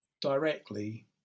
directly